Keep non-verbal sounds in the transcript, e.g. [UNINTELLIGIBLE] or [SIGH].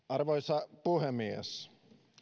[UNINTELLIGIBLE] arvoisa puhemies